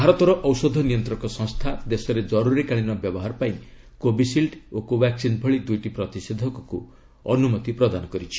ଭାରତର ଔଷଧ ନିୟନ୍ତ୍ରକ ସଂସ୍ଥା ଦେଶରେ ଜରୁରୀକାଳୀନ ବ୍ୟବହାର ପାଇଁ କୋବିସିଲ୍ଡ୍ ଓ କୋବାକ୍ୱିନ୍ ଭଳି ଦୁଇଟି ପ୍ରତିଷେଧକକୁ ଅନୁମତି ପ୍ରଦାନ କରିଛି